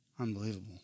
Unbelievable